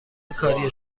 کاری